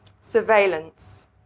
Surveillance